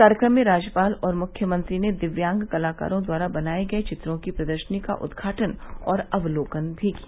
कार्यक्रम में राज्यपाल और मुख्यमंत्री ने दिव्यांग कलाकारों द्वारा बनाये गये वित्रों की प्रदर्शनी का उद्घाटन और अवलोकन भी किया